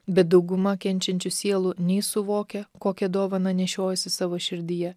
bet dauguma kenčiančių sielų nei suvokia kokią dovaną nešiojasi savo širdyje